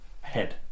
Head